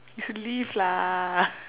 it's a leaf lah